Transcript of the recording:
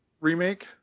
remake